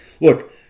look